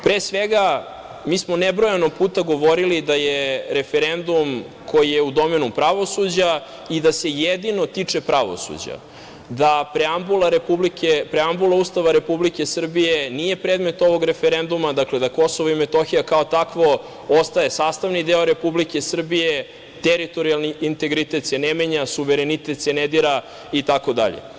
Pre svega, mi smo nebrojeno puta govorili da je referendum koji je u domenu pravosuđa i da se jedino tiče pravosuđa, da preambula Ustava Republike Srbije nije predmet ovog referenduma, dakle, da Kosovo i Metohija kao takvo ostaje sastavni deo Republike Srbije, teritorijalni integritet se ne menja, suverenitet se ne dira itd.